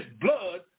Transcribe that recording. blood